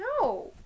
No